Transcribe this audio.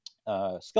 skill